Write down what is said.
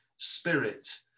spirit